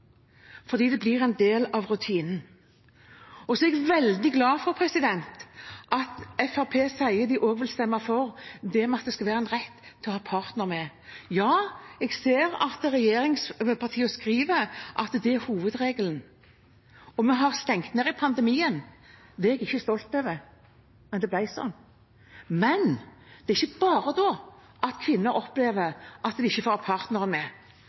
fordi det blir en del av rutinen. Så er jeg veldig glad for at Fremskrittspartiet sier at de også vil stemme for at det skal være en rett å ha partneren med. Ja, jeg ser at regjeringspartiene skriver at det er hovedregelen. Vi har stengt ned i pandemien, og det er jeg ikke stolt over, men det ble sånn. Men det er ikke bare da at kvinner opplever at de ikke får ha partnere med.